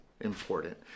important